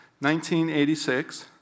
1986